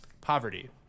poverty